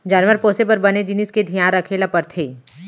जानवर पोसे बर बने जिनिस के धियान रखे ल परथे